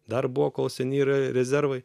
dar buvo kol seni yra rezervai